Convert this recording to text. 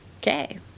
okay